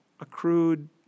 accrued